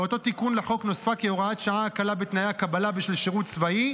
באותו תיקון לחוק נוספה כהוראת שעה הקלה בתנאי הקבלה בשל שירות צבאי,